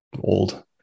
old